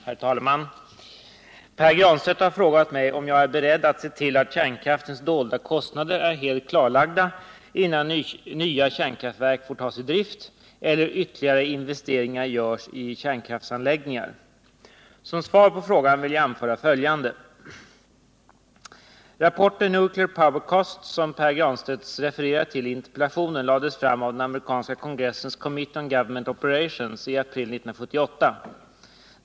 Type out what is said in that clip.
Herr talman! Pär Granstedt har frågat mig om jag är beredd att se till att kärnkraftens dolda kostnader är helt klarlagda innan nya kärnkraftverk får tas i drift eller ytterligare investeringar görs i kärnkraftsanläggningar. Som svar på frågan vill jag anföra följande. Rapporten Nuclear Power Costs, som Pär Granstedt refererar till i interpellationen, lades fram av den amerikanska kongressens Committee on Government Operations i april 1978.